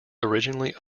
originally